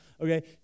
okay